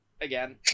again